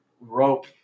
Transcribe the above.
rope